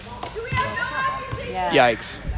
Yikes